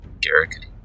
Garrick